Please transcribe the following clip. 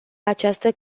această